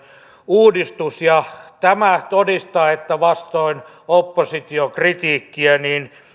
uudistus ja tämä todistaa että vastoin opposition kritiikkiä